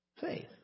faith